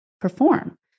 perform